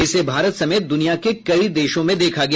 इसे भारत समेत द्रनिया के कई देशों में देखा गया